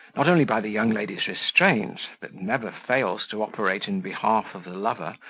not only by the young lady's restraint, that never fails to operate in behalf of the lover,